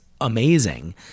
amazing